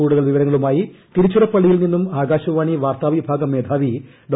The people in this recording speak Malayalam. കൂടുതൽ വിവരങ്ങളുമായി തിരുച്ചിറപ്പള്ളിയിൽ നിന്നും ആകാശവാണി വാർത്താവിഭാഗം മേധാവി ഡോ